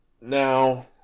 Now